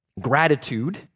Gratitude